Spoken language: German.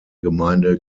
gemeinde